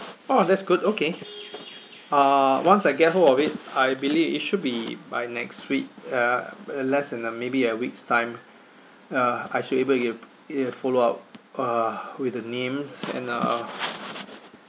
oh that's good okay uh once I get hold of it I believe it should be by next week uh uh less than a maybe a week's time uh I should able to give a follow up uh with the names and uh